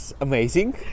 amazing